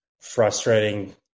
frustrating